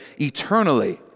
eternally